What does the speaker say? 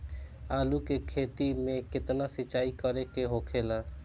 आलू के खेती में केतना सिंचाई करे के होखेला?